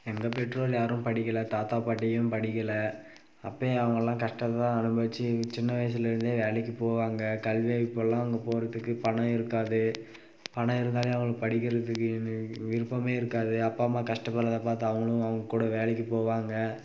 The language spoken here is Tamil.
எங்கள் பெற்றோர் யாரும் படிக்கல தாத்தா பாட்டியும் படிக்கல அப்பேயே அவங்க எல்லாம் கஷ்டத்தை தான் அனுபவித்து சின்ன வயசுலிருந்தே வேலைக்கு போவாங்க கல்வி அப்போயெலாம் அவங்க போகிறத்துக்கு பணம் இருக்காது பணம் இருந்தாலும் அவங்களுக்கு படிக்கிறத்துக்கு விருப்பமே இருக்காது அப்பா அம்மா கஷ்டப்படுகிறத பார்த்து அவங்களும் அவங்க கூட வேலைக்கு போவாங்க